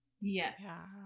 Yes